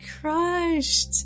crushed